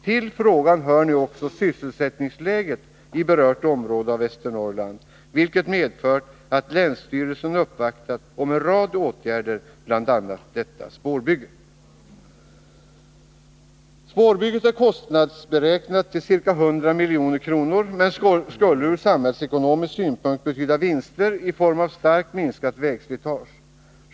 Till frågan hör nu också sysselsättningsläget i berört område av Västernorrland, vilket medfört att länsstyrelsen uppvaktat om en rad åtgärder, bl.a. detta spårbygge. Spårbygget är kostnadsberäknat till ca 100 milj.kr. men skulle ur samhällsekonomisk synpunkt betyda vinster i form av starkt minskat vägslitage.